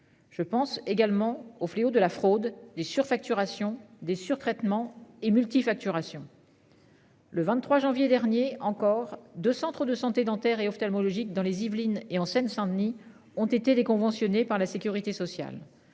Je pense également au fléau de la fraude des surfacturations des sur traitement et multi-facturation. Le 23 janvier dernier encore de centres de santé dentaires et ophtalmologiques dans les Yvelines et en Seine Saint-Denis, ont été déconventionnés par la sécurité sociale.